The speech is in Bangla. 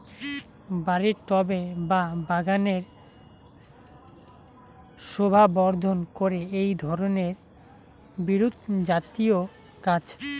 বাড়ির টবে বা বাগানের শোভাবর্ধন করে এই ধরণের বিরুৎজাতীয় গাছ